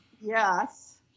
Yes